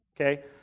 okay